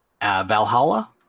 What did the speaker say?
Valhalla